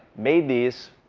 made these,